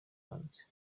hanze